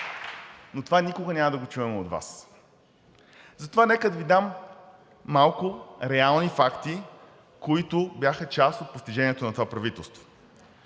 но това никога няма да го чуем от Вас.“ Затова нека да Ви дам малко реални факти, които бяха част от постиженията на това правителство: